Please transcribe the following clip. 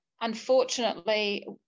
Unfortunately